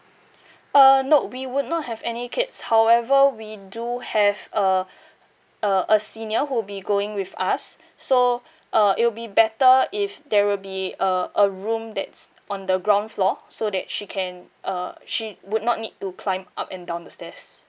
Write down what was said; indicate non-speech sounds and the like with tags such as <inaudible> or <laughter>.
uh no we would not have any kids however we do have a <breath> a a senior who'll be going with us so uh it would be better if there will be a a room that's on the ground floor so that she can uh she would not need to climb up and down the stairs